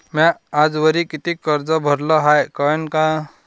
म्या आजवरी कितीक कर्ज भरलं हाय कळन का?